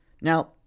now